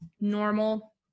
normal